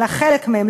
אלא חלק מהם,